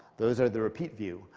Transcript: those are the repeat view.